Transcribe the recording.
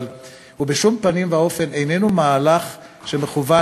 אבל הוא בשום פנים ואופן איננו מהלך שמכוון